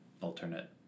alternate